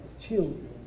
children